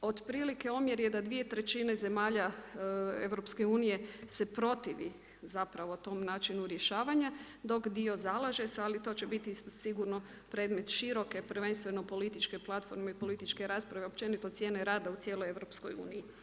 Otprilike omjer je da dvije trećine zemalja EU se protivi zapravo tom načinu rješavanja, dok dio zalaže se ali to će biti sigurno predmet široke, prvenstveno političke platforme i političke rasprave, općenito cijene rada u cijeloj EU.